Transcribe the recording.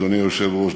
אדוני היושב-ראש,